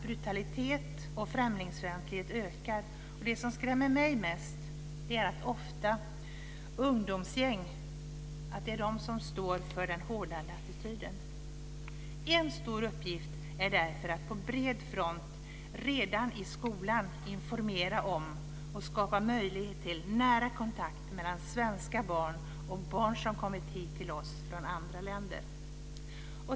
Brutalitet och främlingsfientlighet ökar. Det som skrämmer mig mest är att det ofta är ungdomsgäng som står för den hårdnande attityden. En stor uppgift är därför att på bred front redan i skolan informera om och skapa möjlighet till nära kontakt mellan svenska barn och barn som kommit hit till oss från andra länder.